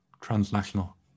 transnational